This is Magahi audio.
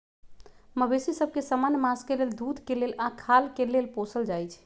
मवेशि सभ के समान्य मास के लेल, दूध के लेल आऽ खाल के लेल पोसल जाइ छइ